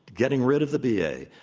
getting rid of the b. a,